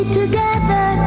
together